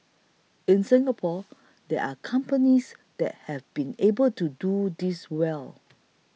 in Singapore there are companies that have been able to do this well